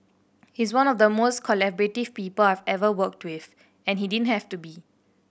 he's one of the most collaborative people I've ever worked with and he didn't have to be